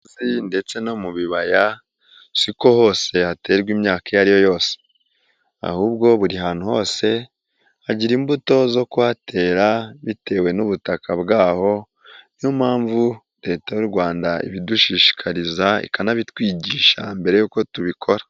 Mu misozi ndetse no mu bibaya siko hose yaterwa imyaka iyo ari yo yose ahubwo buri hantu hose hagira imbuto zo kuhatera bitewe n'ubutaka bwaho niyo mpamvu leta y'u Rwanda ibidushishikariza ikanabitwigisha mbere y'uko tubikora.